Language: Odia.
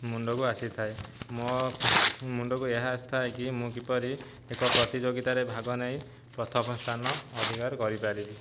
ମୁଣ୍ଡକୁ ଆସିଥାଏ ମୋ ମୁଣ୍ଡକୁ ଏହା ଆସିଥାଏ କି ମୁଁ କିପରି ଏକ ପ୍ରତିଯୋଗିତାରେ ଭାଗ ନେଇ ପ୍ରଥମ ସ୍ଥାନ ଅଧିକାର କରିପାରିବି